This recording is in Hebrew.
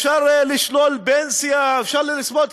אפשר לשלול פנסיה, אפשר לשלול קצבאות.